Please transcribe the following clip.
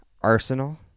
Arsenal